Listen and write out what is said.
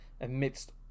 amidst